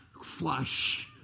Flush